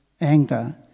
anger